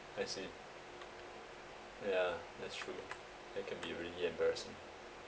I see yeah that's true that can be really embarrassing